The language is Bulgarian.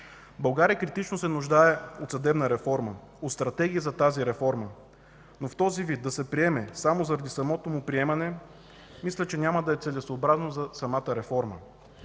България критично се нуждае от съдебна реформа, от Стратегия за тази реформа, но в този вид да се приеме, само заради самото му приемане, мисля, че няма да е целесъобразно за самата реформа.